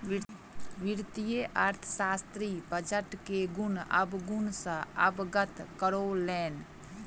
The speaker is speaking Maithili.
वित्तीय अर्थशास्त्री बजट के गुण अवगुण सॅ अवगत करौलैन